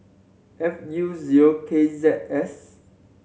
F U zero K Z S